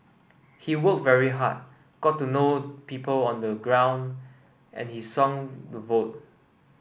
he worked very hard got to know people on the ground and he swung the vote